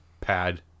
pad